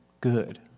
good